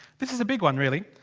this is a big one really.